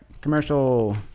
commercial